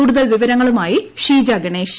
കൂടുതൽ വിവരങ്ങളുമായി ഷീജ ഗണേശ്